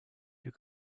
you